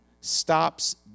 stops